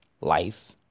life